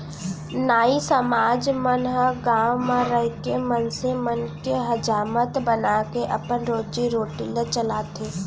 नाई समाज मन ह गाँव म रहिके मनसे मन के हजामत बनाके अपन रोजी रोटी ल चलाथे